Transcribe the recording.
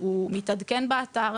הוא מתעדכן באתר.